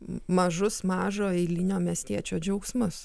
mažus mažo eilinio miestiečio džiaugsmus